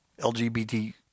LGBT